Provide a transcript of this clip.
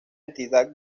entidad